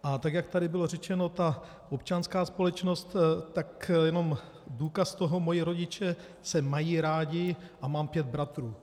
A tak jak tady bylo řečeno, ta občanská společnost tak jenom důkaz toho: Moji rodiče se mají rádi a mám pět bratrů.